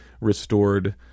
restored